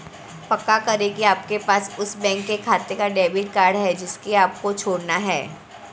पक्का करें की आपके पास उस बैंक खाते का डेबिट कार्ड है जिसे आपको जोड़ना है